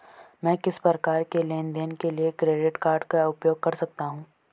मैं किस प्रकार के लेनदेन के लिए क्रेडिट कार्ड का उपयोग कर सकता हूं?